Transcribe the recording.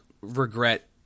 regret